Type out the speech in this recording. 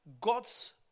God's